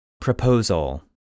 Proposal